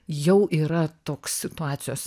jau yra toks situacijos